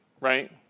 right